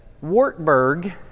Wartburg